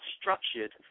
structured